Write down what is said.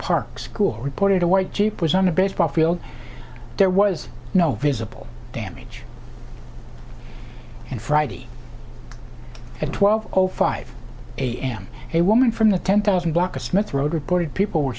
park school reported a white jeep was on a baseball field there was no visible damage and friday at twelve o five a m a woman from the ten thousand block of smith road reported people were